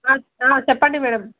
చెప్పండి మేడమ్